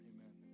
Amen